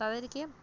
তাদেরকে